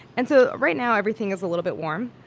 and so right now, everything is a little bit warm,